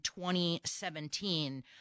2017